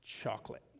chocolate